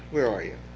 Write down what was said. where are you?